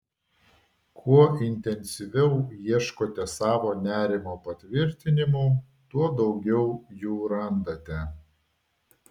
kuo intensyviau ieškote savo nerimo patvirtinimų tuo daugiau jų randate